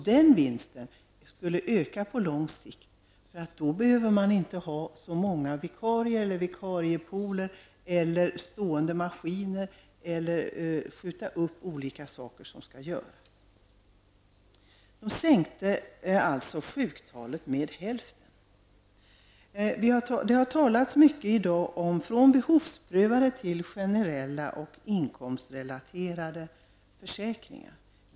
Den vinsten skulle öka på lång sikt, för då behöver man inte ha så många vikarier, vikariepooler eller stående maskiner och man behöver inte skjuta upp olika saker som skall göras. Det har i dag talats mycket om att gå från behovsprövade till generella och inkomstrelaterade försäkringar.